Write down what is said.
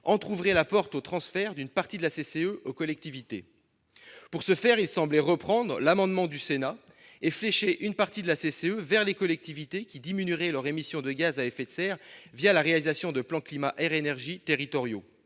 entrouvrait la porte au transfert d'une partie de la CCE aux collectivités. Pour ce faire, il semblait reprendre un amendement du Sénat et flécher une partie de la CCE vers les collectivités qui diminueraient leurs émissions de gaz à effet de serre en mettant en oeuvre un plan climat-air-énergie territorial,